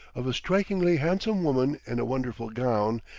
of a strikingly handsome woman in a wonderful gown,